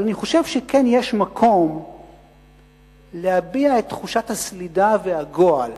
אבל אני חושב שכן יש מקום להביע את תחושת הסלידה והגועל